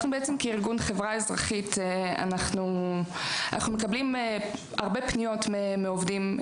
אנחנו בעצם כארגון חברה אזרחית מקבלים הרבה פניות מעובדים.